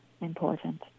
important